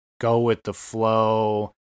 go-with-the-flow